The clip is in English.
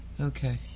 Okay